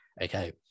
Okay